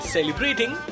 Celebrating